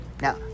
Now